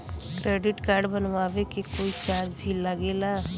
Credit card बनवावे के कोई चार्ज भी लागेला?